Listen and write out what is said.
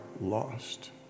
lost